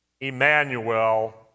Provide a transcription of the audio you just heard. Emmanuel